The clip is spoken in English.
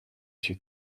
she